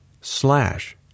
slash